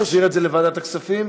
נחזיר את זה לוועדת הכספים.